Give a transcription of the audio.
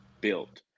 built